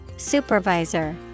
Supervisor